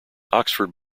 oxford